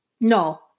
No